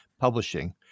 Publishing